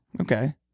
Okay